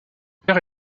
père